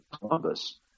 Columbus